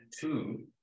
two